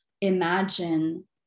imagine